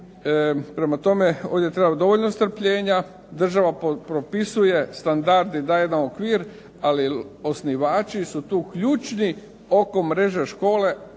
prema tome ovdje treba dovoljno strpljenja, država propisuje standard i daje jedan okvir ali osnivači su tu ključni oko mreže škole,